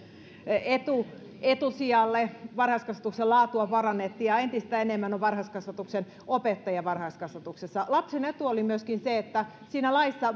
etu etusijalle varhaiskasvatuksen laatua parannettiin ja entistä enemmän on varhaiskasvatuksen opettajia varhaiskasvatuksessa lapsen etu oli myöskin se että siinä laissa